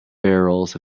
barrels